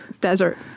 desert